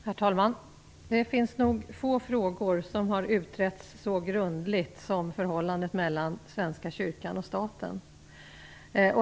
Herr talman! Det finns nog få frågor som har utretts så grundligt som förhållandet mellan Svenska kyrkan och staten.